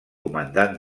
comandant